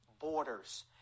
borders